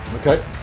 Okay